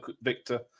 Victor